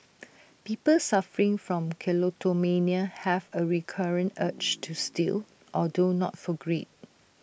people suffering from kleptomania have A recurrent urge to steal although not for greed